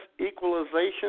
equalization